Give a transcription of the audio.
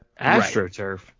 AstroTurf